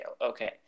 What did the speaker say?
Okay